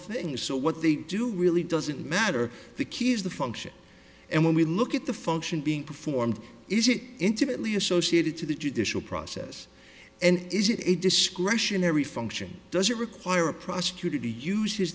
thing so what they do really doesn't matter the key is the function and when we look at the function being performed is it intimately associated to the judicial process and is it a discretionary function does it require a prosecutor to use his